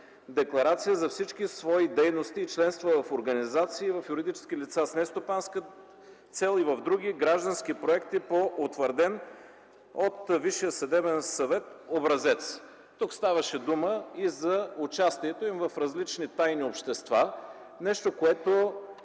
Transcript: за всички свои дейности и членство в организации, в юридически лица с нестопанска цел и в други граждански проекти по утвърден от Висшия съдебен съвет образец. Тук ставаше дума и за участието им в различни тайни общества – нещо, което